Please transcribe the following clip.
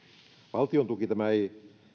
valtiontuki tämä ei